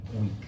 week